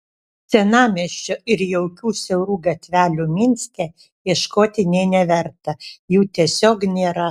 senamiesčio ir jaukių siaurų gatvelių minske ieškoti nė neverta jų tiesiog nėra